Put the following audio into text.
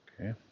Okay